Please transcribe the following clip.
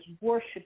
worship